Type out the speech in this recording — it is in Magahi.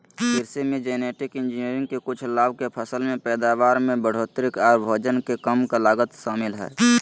कृषि मे जेनेटिक इंजीनियरिंग के कुछ लाभ मे फसल के पैदावार में बढ़ोतरी आर भोजन के कम लागत शामिल हय